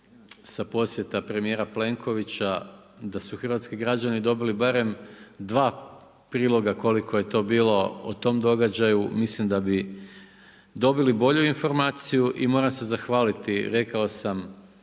sa posjeta premijera Plenkovića da su hrvatski građani dobili barem dva priloga koliko je to bilo o tom događaju, mislim da bi dobili bolju informaciju i moram se zahvaliti, rekao sam